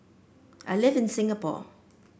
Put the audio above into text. I live in Singapore